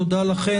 תודה לכן.